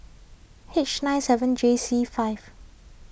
H nine seven J C five